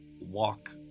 walk